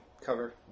cover